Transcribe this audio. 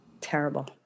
terrible